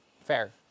Fair